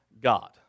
God